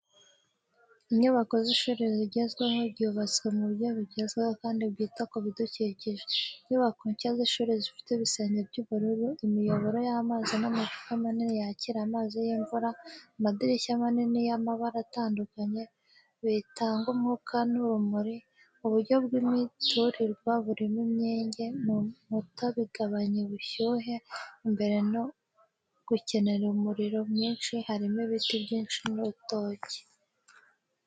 Inyubako z’ishuri rigezweho, ryubatswe mu buryo bugezweho kandi bwita ku bidukikije. Inyubako nshya z’ishuri zifite ibisenge by’ubururu, imiyoboro y’amazi n’amacupa manini yakira amazi y’imvura, amadirishya manini y’amabara atandukanye bitanga umwuka n’urumuri, uburyo bw’imiturirwa burimo imyenge mu nkuta bigabanya ubushyuhe imbere no gukenera umuriro mwinshi harimo ibiti byinshi n’urutoki.